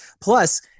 Plus